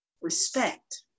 respect